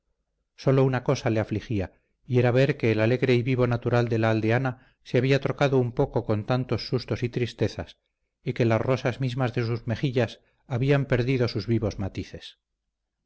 sólo una cosa le afligía y era ver que el alegre y vivo natural de la aldeana se había trocado un poco con tantos sustos y tristezas y que las rosas mismas de sus mejillas habían perdido sus vivos matices